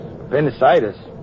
Appendicitis